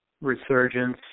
resurgence